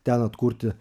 ten atkurti